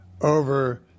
over